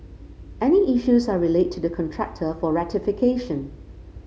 any issues are relayed to the contractor for rectification